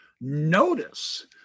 Notice